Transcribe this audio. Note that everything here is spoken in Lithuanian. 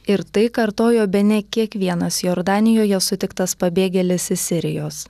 ir tai kartojo bene kiekvienas jordanijoje sutiktas pabėgėlis iš sirijos